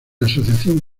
asociación